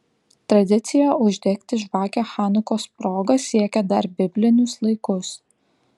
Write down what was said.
tradicija uždegti žvakę chanukos proga siekia dar biblinius laikus